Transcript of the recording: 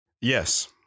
Yes